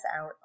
out